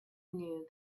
knew